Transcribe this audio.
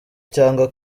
cyangwa